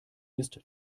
ist